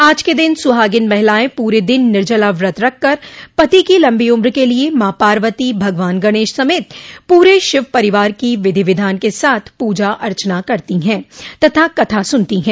आज के दिन सुहागिन महिलाएं पूरे दिन निर्जला व्रत रखकर पति की लम्बी उम्र के लिये माँ पार्वती भगवान गणेश समेत पूरे शिव परिवार की विधि विधान के साथ पूजा अर्चना करती है तथा कथा सुनती है